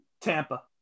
Tampa